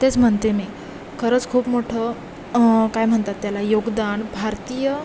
तेच म्हणते मी खरंच खूप मोठं काय म्हणतात त्याला योगदान भारतीय